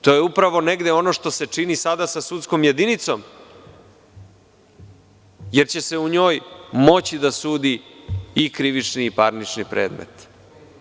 To je upravo negde ono što se čini sada sa sudskom jedinicom, jer će se u njoj moći da sudi i krivični i parnični predmeti.